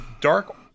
Dark